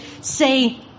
say